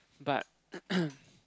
but